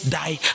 die